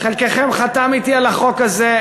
חלקכם חתם אתי על החוק הזה.